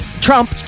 Trump